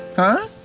huh?